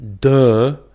duh